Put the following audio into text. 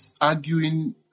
arguing